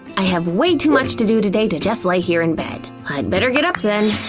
i have way too much to do today to just lay here in bed. i'd better get up then.